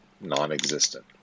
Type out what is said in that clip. non-existent